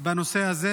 בנושא הזה,